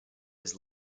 his